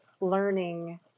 learning